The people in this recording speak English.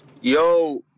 Yo